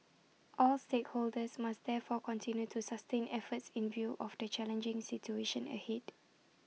all stakeholders must therefore continue to sustain efforts in view of the challenging situation ahead